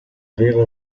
vero